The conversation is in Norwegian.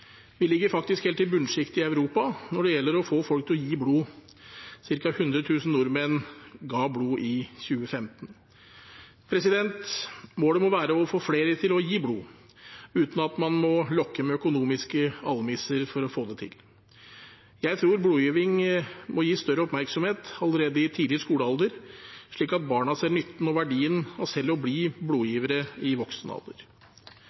Vi ligger faktisk helt i bunnsjiktet i Europa når det gjelder å få folk til å gi blod. Cirka 100 000 nordmenn ga blod i 2015. Målet må være å få flere til å gi blod, uten at man må lokke med økonomiske almisser for å få det til. Jeg tror blodgiving må gis større oppmerksomhet allerede i tidlig skolealder, slik at barna ser nytten og verdien av selv å bli